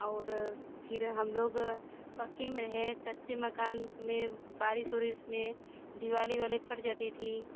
और फिर हम लोग पक्के में रहें कच्चे मकान में बारिश ओरिस में दिवाले विवाले फट जाती थी